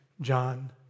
John